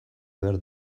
behar